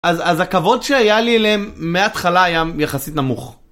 אז הכבוד שהיה לי אליהם מהתחלה היה יחסית נמוך.